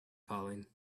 falling